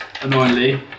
Annoyingly